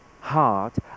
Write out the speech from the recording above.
heart